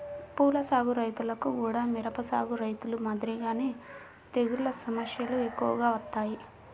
పూల సాగు రైతులకు గూడా మిరప సాగు రైతులు మాదిరిగానే తెగుల్ల సమస్యలు ఎక్కువగా వత్తాయి